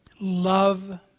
love